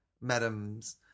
Madam's